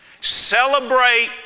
Celebrate